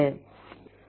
மாணவர்